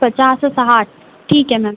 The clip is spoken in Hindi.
पचास और साठ ठीक है मैम